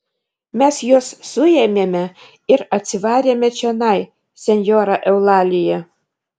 mes juos suėmėme ir atsivarėme čionai senjora eulalija